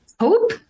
Hope